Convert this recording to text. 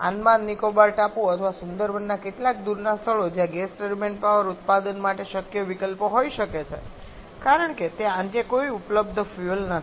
આંદમાન અને નિકોબાર ટાપુઓ અથવા સુંદરવનના કેટલાક દૂરના સ્થળો જ્યાં ગેસ ટર્બાઇન પાવર ઉત્પાદન માટે શક્ય વિકલ્પો હોઈ શકે છે કારણ કે ત્યાં અન્ય કોઈ ફ્યુઅલ ઉપલબ્ધ નથી